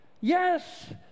Yes